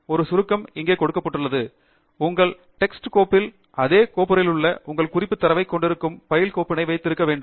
ஒரு சுருக்கம் இங்கே கொடுக்கப்பட்டுள்ளது உங்கள் டெக்ஸ் கோப்பில் அதே கோப்புறையிலுள்ள உங்கள் குறிப்பு தரவைக் கொண்டிருக்கும் பைல் கோப்பினை வைத்திருக்க வேண்டும்